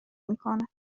میکند